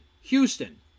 Houston